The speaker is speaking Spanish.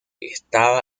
estaba